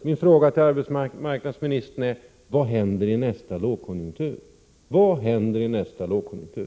Min fråga till arbetsmarknadsministern är: Vad händer i nästa lågkonjunktur?